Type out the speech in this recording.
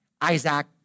Isaac